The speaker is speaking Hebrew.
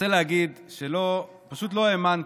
אני רוצה להגיד שפשוט לא האמנתי,